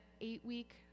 eight-week